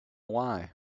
why